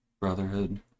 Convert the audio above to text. Brotherhood